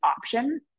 option